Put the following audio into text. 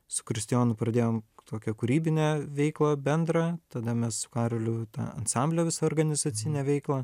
su kristijonu pradėjom tokią kūrybinę veiklą bendrą tada mes su karoliu tą ansamblio visą organizacinę veiklą